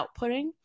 outputting